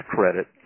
Credit